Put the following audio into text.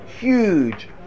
huge